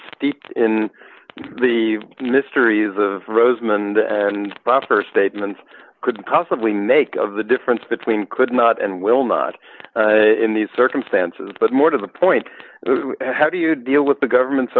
steeped in the mysteries of rosemond and proper statements could possibly make of the difference between could not and will not in these circumstances but more to the point how do you deal with the government's